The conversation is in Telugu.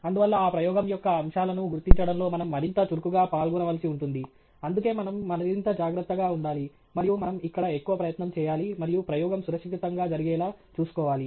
అందువల్ల ఆ ప్రయోగం యొక్క అంశాలను గుర్తించడంలో మనం మరింత చురుకుగా పాల్గొనవలసి ఉంటుంది అందుకే మనం మరింత జాగ్రత్తగా ఉండాలి మరియు మనం ఇక్కడ ఎక్కువ ప్రయత్నం చేయాలి మరియు ప్రయోగం సురక్షితంగా జరిగేలా చూసుకోవాలి